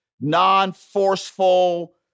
non-forceful